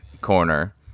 corner